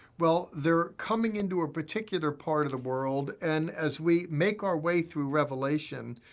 well, they're coming into a particular part of the world, and as we make our way through revelation,